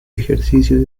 ejercicio